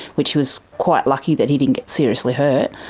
which was quite lucky that he didn't get seriously hurt.